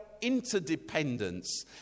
interdependence